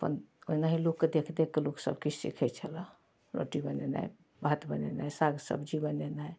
अपन ओनाहि लोकके देखि देखिके लोक सबकिछु सिखै छलै रोटी बनेनाइ भात बनेनाइ साग सब्जी बनेनाइ